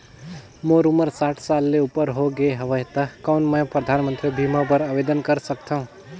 मोर उमर साठ साल ले उपर हो गे हवय त कौन मैं परधानमंतरी बीमा बर आवेदन कर सकथव?